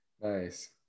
Nice